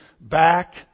back